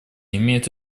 имеют